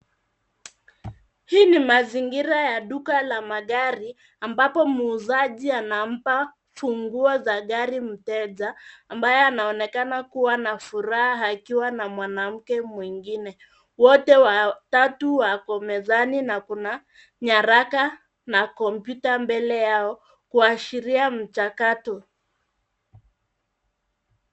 Hii ni mazingira ya duka la magari ambapo muuzaji anampa funguo za gari mteja ambaye anaonekana kuwa na furaha akiwa na mwanamke mwingine. Wote watatu wako mezani na kuna nyaraka na kompyuta mbele yao kuashiria mchakato.